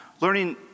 Learning